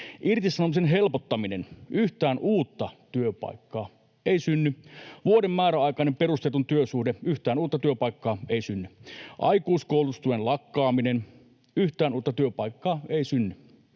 Irtisanomisen helpottaminen: yhtään uutta työpaikkaa ei synny. Vuoden perusteeton määräaikainen työsuhde: yhtään uutta työpaikkaa ei synny. Aikuiskoulutustuen lakkaaminen: yhtään uutta työpaikkaa ei synny.